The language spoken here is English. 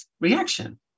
reaction